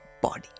body